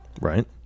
Right